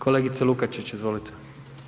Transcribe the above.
Kolegice Lukačić, izvolite.